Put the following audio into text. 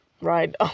right